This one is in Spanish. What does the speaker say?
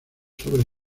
sobre